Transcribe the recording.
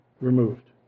removed